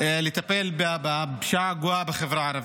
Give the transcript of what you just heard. לטפל בפשיעה הגואה בחברה הערבית.